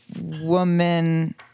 woman